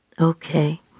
Okay